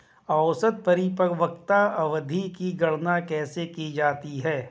औसत परिपक्वता अवधि की गणना कैसे की जाती है?